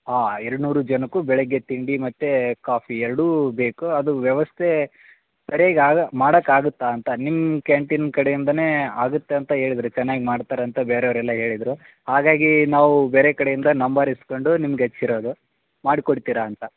ಹಾಂ ಎರಡು ನೂರು ಜನಕ್ಕು ಬೆಳಗ್ಗೆ ತಿಂಡಿ ಮತ್ತು ಕಾಫಿ ಎರಡು ಬೇಕು ಅದು ವ್ಯವಸ್ಥೆ ಸರ್ಯಾಗಿ ಆಗ ಮಾಡಕಾಗುತ್ತೆ ಅಂತ ನಿಮ್ಮ ಕ್ಯಾಂಟೀನ್ ಕಡೆಯಿಂದನೆ ಆಗುತ್ತೆ ಅಂತ ಹೇಳಿದ್ರ್ ಚೆನ್ನಾಗಿ ಮಾಡ್ತಾರಂತ ಬೇರೆವ್ರ ಎಲ್ಲ ಹೇಳಿದ್ರು ಹಾಗಾಗಿ ನಾವು ಬೇರೆ ಕಡೆಯಿಂದ ನಂಬರ್ ಇಸ್ಕೊಂಡು ನಿಮ್ಗ ಹಚ್ಚಿರೋದು ಮಾಡ್ಕೊಡ್ತೀರ ಅಂತ